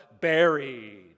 buried